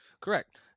Correct